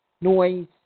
Noise